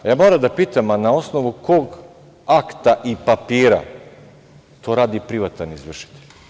Moram da pitam – a na osnovu kog akta i papira to radi privatan izvršitelj?